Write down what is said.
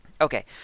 Okay